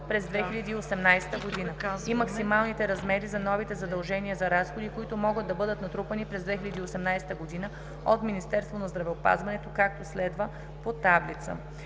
през 2018 г., и максималните размери на новите задължения за разходи, които могат да бъдат натрупани през 2018 г. от Министерството на здравеопазването, както следва: (По таблица.)